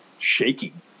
shaking